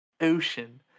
ocean